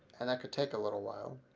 and can take a little while